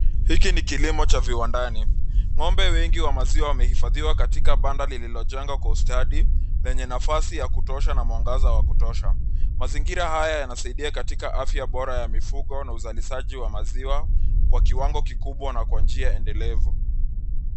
Hiki ni kilimo cha viwandani. Ng’ombe wengi wa maziwa wamehifadhiwa katika banda lililojengwa kwa ustadi, lenye nafasi ya kutosha na mwangaza wa kutosha. Mazingira haya yanasaidia katika afya bora ya mifugo na uzalishaji wa maziwa kwa kiwango kikubwa na kwa njia endelevu.